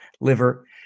liver